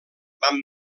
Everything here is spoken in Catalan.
van